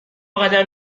قدم